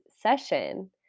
session